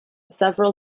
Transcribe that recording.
several